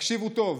תקשיבו טוב: